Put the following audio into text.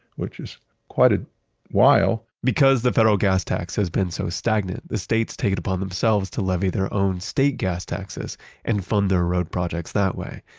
which is quite a while because the federal gas tax has been so stagnant, the states take it upon themselves to levy their own state gas taxes and fund their road projects that way.